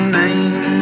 name